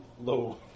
low